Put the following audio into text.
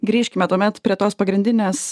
grįžkime tuomet prie tos pagrindinės